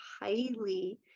highly